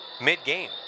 mid-game